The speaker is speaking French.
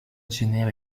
génère